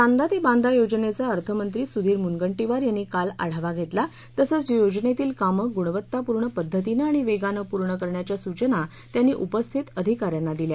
चांदा ते बांदा योजनेचा अर्थमंत्री सुधीर मुनगंटीवार यांनी काल आढावा घेतला तसंच योजनेतील कामे गुणवत्तापूर्ण पद्धतीने आणि वेगाने पूर्ण करण्याच्या सूचना त्यांनी उपस्थित अधिकाऱ्यांना दिल्या